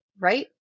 right